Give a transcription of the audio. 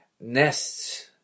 nests